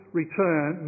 return